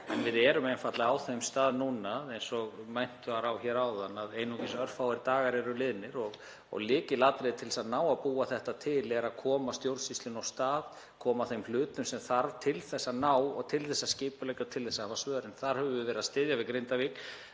En við erum einfaldlega á þeim stað núna, eins og nefnt var hér áðan, að einungis örfáir dagar eru liðnir og lykilatriði til þess að ná að búa þetta til er að koma stjórnsýslunni af stað, koma af stað þeim hlutum sem þarf til þess að ná að skipuleggja og til þess að hafa svörin. Þar höfum við verið að styðja við Grindavík